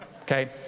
okay